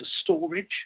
storage